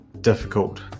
difficult